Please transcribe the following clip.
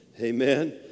Amen